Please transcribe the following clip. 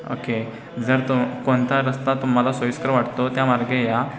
okay जर तो कोणता रस्ता तुम्हाला सोयीस्कर वाटतो त्या मार्गे या